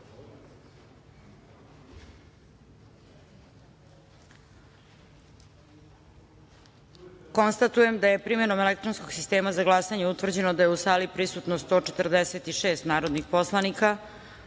glasanje. Konstatujem da je primenom elektronskog sistema za glasanje utvrđeno da je u sali prisutno 146 narodnih poslanika,